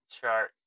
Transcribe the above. chart